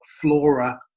flora